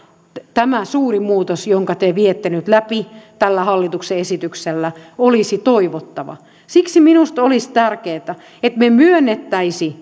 tämä suuri muutos jonka te viette nyt läpi tällä hallituksen esityksellä olisi toivottava siksi minusta olisi tärkeää että me myöntäisimme